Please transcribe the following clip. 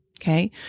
Okay